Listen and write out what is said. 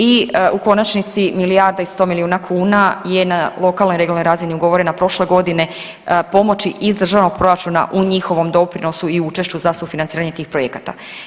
I u konačnici milijarda i 100 milijuna kuna je na lokalnoj i regionalnoj razini ugovorena prošle godine, pomoći iz državnog proračuna u njihovom doprinosu i učešću za sufinanciranje tih projekata.